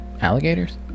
alligators